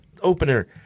opener